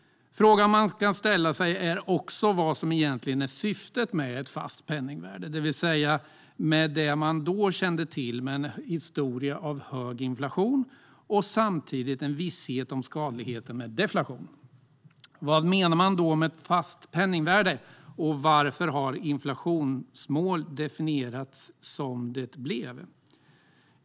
Frågan man kan ställa sig är också vad som egentligen är syftet med ett fast penningvärde, det vill säga med det man då kände till med en historia av hög inflation och samtidigt en visshet om skadligheten med deflation. Vad menar man med "fast penningvärde", och varför har man definierat inflationsmålet som man har gjort?